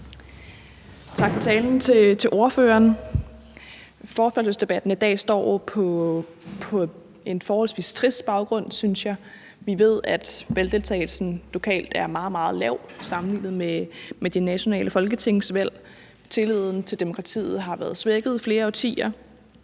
Tak for talen til ordføreren. Forespørgselsdebatten i dag finder sted på en forholdsvis trist baggrund, synes jeg. Vi ved, at valgdeltagelsen lokalt er meget, meget lav sammenlignet med de nationale folketingsvalg. Tilliden til demokratiet har været svækket i flere årtier.